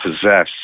possess